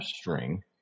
string